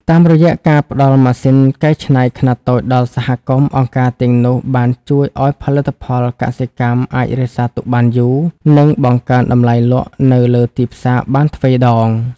តាមរយៈការផ្ដល់ម៉ាស៊ីនកែច្នៃខ្នាតតូចដល់សហគមន៍ អង្គការទាំងនោះបានជួយឱ្យផលិតផលកសិកម្មអាចរក្សាទុកបានយូរ និងបង្កើនតម្លៃលក់នៅលើទីផ្សារបានទ្វេដង។